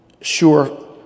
sure